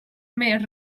més